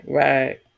right